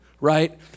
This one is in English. right